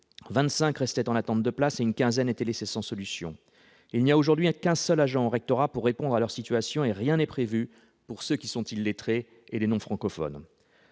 25 restaient en attente de place et une quinzaine étaient laissés sans solution. Il n'y a aujourd'hui qu'un seul agent au rectorat pour répondre à leur situation, et rien n'est prévu pour ceux qui sont illettrés et les non-francophones.